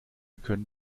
können